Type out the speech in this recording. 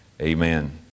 Amen